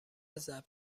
ضبط